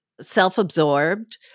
self-absorbed